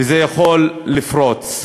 וזה יכול לפרוץ.